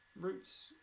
routes